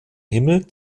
himmel